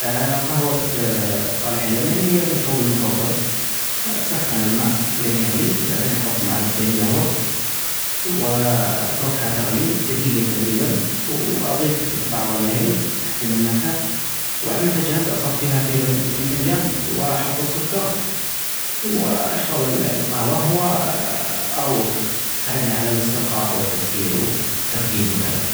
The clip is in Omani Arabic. ا قهوة صالح اليمني هي مشروبي المفظل ،أسخن الماء اخليه يغلي بعدين أحط معلجتين جهوه و أتركها تغلي دجيجة تجريبا وأظيف بعض الهيل تحسين النكهه ،وبعد ما تجهز أصفيها في-في فنجان وأحط السكر، و أشرب ال-القهوة و أروج .تساعدني علي الاسترخاء والتفكير والتركيز وكده.